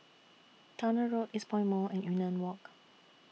Towner Road Eastpoint Mall and Yunnan Walk